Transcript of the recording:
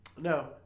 No